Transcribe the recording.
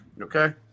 Okay